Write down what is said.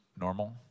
normal